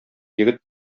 егет